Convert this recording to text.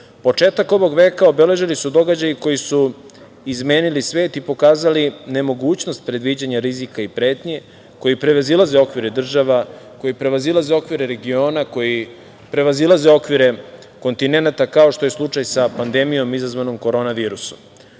bih. Početak ovog veka obeležili su događaji koji su izmenili svet i pokazali nemogućnost predviđanja rizika i pretnji, koji prevazilazi okvire država, koji prevazilazi okvire regiona, koji prevazilaze okvire kontinenata, kao što je slučaj sa pandemojom izazvanom korona virusom. Pored